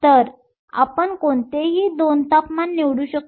तर आपण कोणतेही 2 तापमान निवडू शकतो